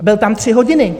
Byl tam tři hodiny...